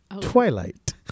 Twilight